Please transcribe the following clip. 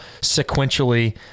sequentially